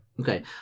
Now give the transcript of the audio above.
Okay